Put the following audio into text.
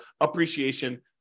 appreciation